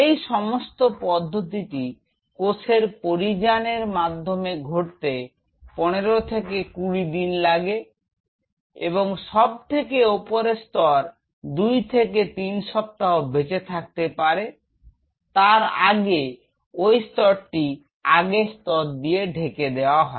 এই সমস্ত পদ্ধতিটি কোষের পরিযান এর মাধ্যমে ঘটতে 15 থেকে কুড়ি দিন লাগে এবং সব থেকে ওপরে স্তর দুই থেকে তিন সপ্তাহ বেঁচে থাকতে পারে তার আগে ওই স্তরটি আগে স্তর দিয়ে ঢেকে দেয়া হয়